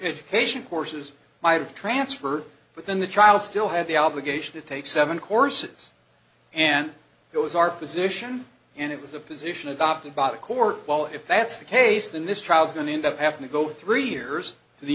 education courses my transfer within the child still have the obligation to take seven courses and it was our position and it was a position adopted by the court well if that's the case then this trial is going to end up having to go three years to the